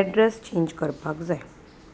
address change करपाक जाय